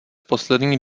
poslední